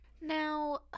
now